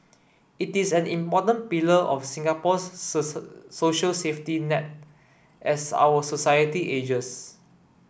it is an important pillar of Singapore's social safety net as our society ages